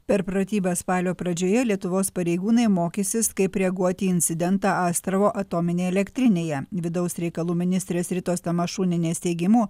per pratybas spalio pradžioje lietuvos pareigūnai mokysis kaip reaguoti į incidentą astravo atominėje elektrinėje vidaus reikalų ministrės ritos tamašunienės teigimu